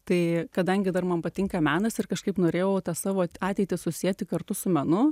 tai kadangi dar man patinka menas ir kažkaip norėjau tą savo ateitį susieti kartu su menu